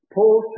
Paul